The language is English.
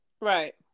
Right